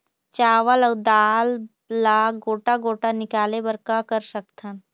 चावल अऊ दाल ला गोटा गोटा निकाले बर का कर सकथन?